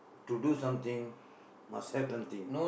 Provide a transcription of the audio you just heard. to do something must have something